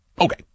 Okay